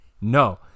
No